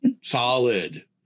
solid